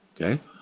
Okay